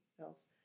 else